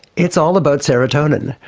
it's all about serotonin,